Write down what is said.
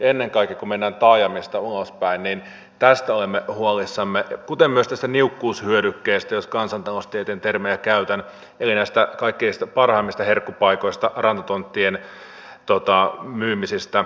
ennen kaikkea kun mennään taajamista ulospäin tästä olemme huolissamme kuten myös tästä niukkuushyödykkeestä jos kansantaloustieteen termejä käytän eli näistä kaikkein parhaimmista herkkupaikoista rantatonttien myymisistä